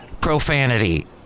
profanity